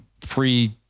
free